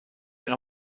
know